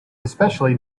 especially